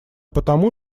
потому